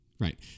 Right